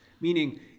meaning